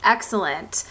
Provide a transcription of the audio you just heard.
Excellent